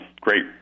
great